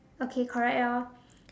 okay correct ah